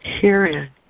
herein